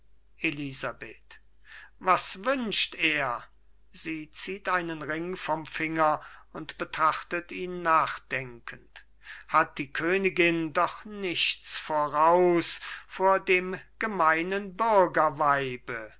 elisabeth was wünscht er sie zieht einen ring vom finger und betrachtet ihn nachdenkend hat die königin doch nichts voraus vor dem gemeinen